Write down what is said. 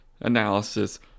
analysis